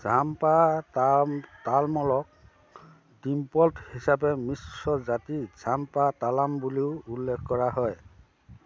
ঝাম্পা তাম তালমলক ডিমফ'ল্ট হিচাপে মিশ্ৰ জাতি ঝাম্পা তালাম বুলিও উল্লেখ কৰা হয়